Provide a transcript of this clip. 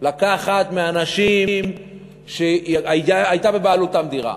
לקחת מאנשים שהייתה בבעלותם דירה,